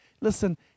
Listen